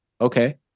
Okay